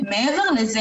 מעבר לזה,